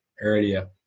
earlier